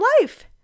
life